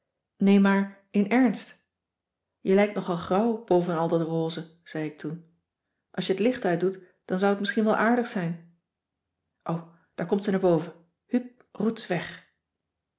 nee maar in ernst je lijkt nogal grauw bovenal dat rose zei ik toen als je het licht uitdoet dan zou t misschien wel aardig zijn o daar komt ze naar boven huup roets weg